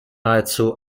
nahezu